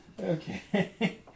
Okay